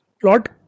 plot